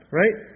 right